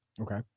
okay